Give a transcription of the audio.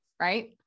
right